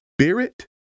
spirit